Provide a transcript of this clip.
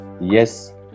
yes